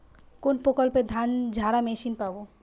কোনপ্রকল্পে ধানঝাড়া মেশিন পাব?